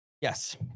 Yes